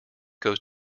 goes